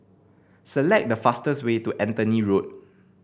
select the fastest way to Anthony Road